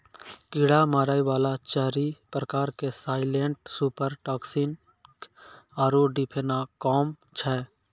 कीड़ा मारै वाला चारि प्रकार के साइलेंट सुपर टॉक्सिक आरु डिफेनाकौम छै